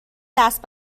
دست